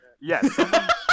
yes